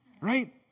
right